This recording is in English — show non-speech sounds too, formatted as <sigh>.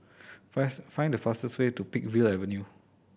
<unintelligible> find the fastest way to Peakville Avenue